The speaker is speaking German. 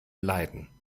leiden